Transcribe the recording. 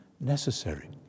necessary